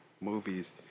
movies